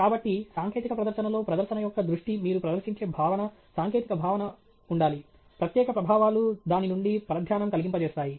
కాబట్టి సాంకేతిక ప్రదర్శనలో ప్రదర్శన యొక్క దృష్టి మీరు ప్రదర్శించే భావన సాంకేతిక భావన ఉండాలి ప్రత్యేక ప్రభావాలు దాని నుండి పరధ్యానం కలిగింపజేస్తాయి